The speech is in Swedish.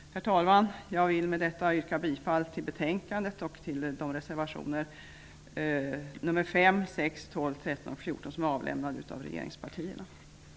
Herr talman! Jag vill med detta yrka bifall till reservationerna 5, 6, 12, 13 och 14 som har avgivits av regeringspartierna och därutöver till utskottets hemställan.